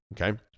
okay